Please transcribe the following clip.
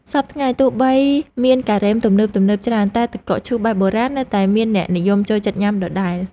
សព្វថ្ងៃទោះបីមានការ៉េមទំនើបៗច្រើនតែទឹកកកឈូសបែបបុរាណនៅតែមានអ្នកនិយមចូលចិត្តញ៉ាំដដែល។